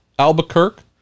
Albuquerque